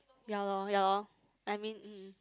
ya loh ya lor I mean